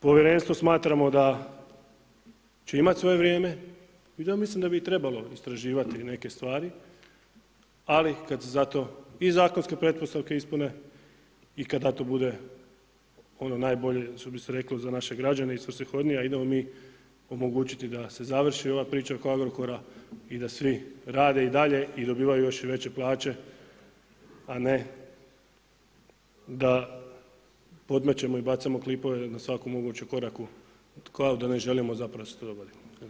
Povjerenstvo smatramo da će imati svoje vrijeme i ja mislim da bi trebalo istraživati neke stvari, ali kad se za to i zakonske pretpostavke ispune i kada to bude ono najbolje, što bi se reklo, za naše građane i svrsishodnije, a idemo mi omogućiti da se završi ova priča oko Agrokora i da svi rade i dalje i dobivaju još i veće plaće, a ne da podmećemo i bacamo klipove na svakom mogućem koraku kao da ne želimo zapravo da se to dogodi.